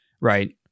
right